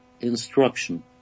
instruction